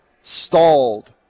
stalled